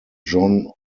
john